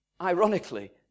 ironically